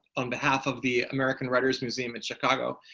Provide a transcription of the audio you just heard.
on behalf of the american writers museum in chicago.